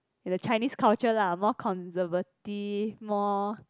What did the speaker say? in the Chinese culture lah more conservative more